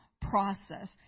process